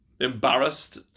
embarrassed